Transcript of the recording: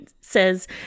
says